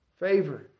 Favor